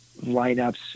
lineups